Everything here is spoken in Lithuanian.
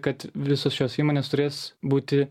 kad visos šios įmonės turės būti